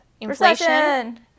inflation